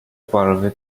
parve